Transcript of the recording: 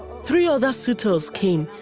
three other suitors came,